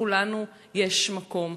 לכולנו יש מקום.